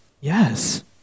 yes